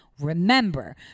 Remember